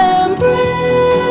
embrace